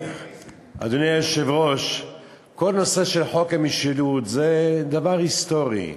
זה לדחות סיפוקים,